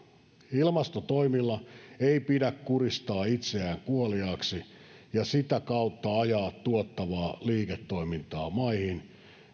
ilmastotoimilla ei pidä kuristaa itseään kuoliaaksi ja sitä kautta ajaa tuottavaa liiketoimintaa maihin